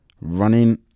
running